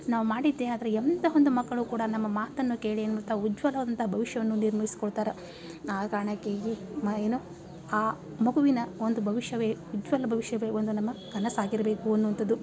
ನಾವು ಮಾಡಿದ್ದೇ ಆದರೆ ಎಂಥ ಒಂದು ಮಕ್ಕಳು ಕೂಡ ನಮ್ಮ ಮಾತನ್ನು ಕೇಳಿ ಏನು ಮಾಡ್ತಾವೆ ಉಜ್ವಲವಾದಂಥ ಭವಿಷ್ಯವನ್ನು ನಿರ್ಮಿಸ್ಕೊಳ್ತಾರೆ ಆ ಕಾರಣಕ್ಕೆ ಇಲ್ಲಿ ಮ ಏನು ಆ ಮಗುವಿನ ಒಂದು ಭವಿಷ್ಯವೇ ಉಜ್ವಲ ಭವಿಷ್ಯವೇ ಒಂದು ನಮ್ಮ ಕನಸಾಗಿರಬೇಕು ಅನ್ನುವಂಥದ್ದು